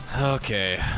Okay